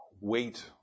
Wait